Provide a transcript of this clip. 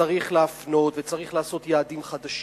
וצריך להפנות וצריך לעשות יעדים חדשים,